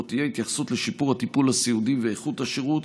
שבו תהיה התייחסות לשיפור הטיפול הסיעודי ואיכות השירות,